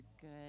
good